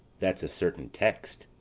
that's a certain text.